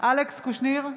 אלכס קושניר,